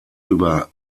über